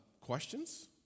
Questions